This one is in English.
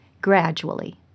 gradually